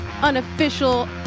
unofficial